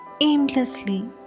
aimlessly